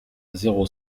zéro